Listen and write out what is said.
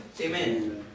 Amen